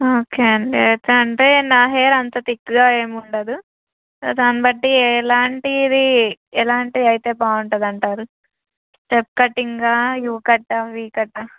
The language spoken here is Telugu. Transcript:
ఓకే అండి అయితే అంటే నా హేర్ అంత తిక్గా ఏముండదు దాన్ని బట్టి ఎలాంటిది ఎలాంటి అయితే బాగుంటుంది అంటారు పెప్ కటింగా యు కటా వి కటా